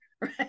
right